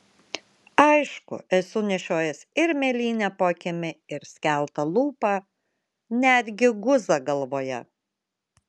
aišku esu nešiojęs ir mėlynę po akimi ir skeltą lūpą net gi guzą galvoje